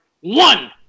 One